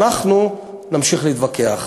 אנחנו נמשיך להתווכח.